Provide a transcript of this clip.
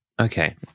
okay